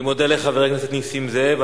אני מודה לחבר הכנסת נסים זאב.